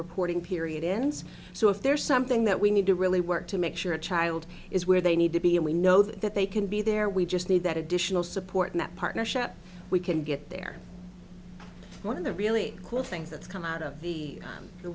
reporting period ends so if there's something that we need to really work to make sure a child is where they need to be and we know that they can be there we just need that additional support that partnership we can get there one of the really cool things that's come out of the